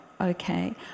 okay